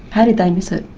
how did they miss it?